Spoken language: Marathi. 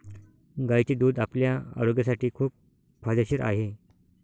गायीचे दूध आपल्या आरोग्यासाठी खूप फायदेशीर आहे